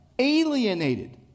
alienated